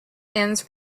ends